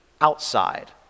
outside